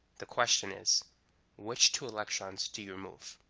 the question is which two electrons do you remove?